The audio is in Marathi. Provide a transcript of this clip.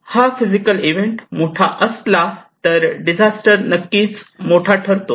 हा फिजिकल इव्हेंट मोठा असला तर डिझास्टर नक्कीच मोठा ठरतो